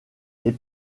les